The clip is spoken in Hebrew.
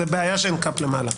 זו בעיה שאין קאפ למעלה.